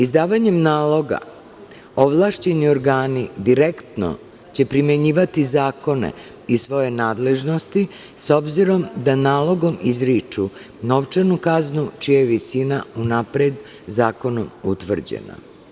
Izdavanjem naloga ovlašćeni organi direktno će primenjivati zakone iz svoje nadležnosti, s obzirom da nalogom izriču novčanu kaznu čija je visina napred zakonom utvrđena.